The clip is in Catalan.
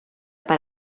per